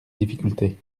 difficulté